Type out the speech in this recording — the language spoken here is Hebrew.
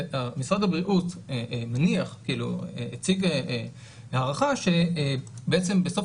משרד הבריאות מניח כאילו הציג הערכה שבעצם בסוף